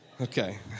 Okay